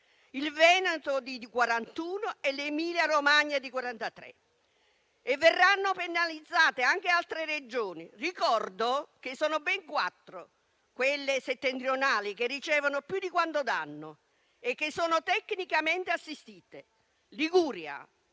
il Veneto di 41 e l'Emilia-Romagna di 43. Verranno penalizzate anche altre Regioni. Ricordo che sono ben quattro quelle settentrionali, che ricevono più di quanto danno e che sono tecnicamente assistite: Liguria,